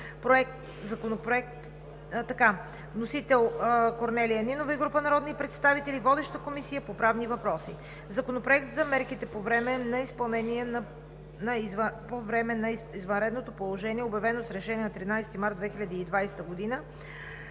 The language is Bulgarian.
Законопроект за мерките по време на извънредното положение, обявено с Решение от 13 март 2020 г. на